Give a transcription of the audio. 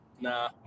Nah